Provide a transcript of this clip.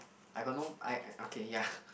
I got no I I okay ya